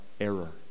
error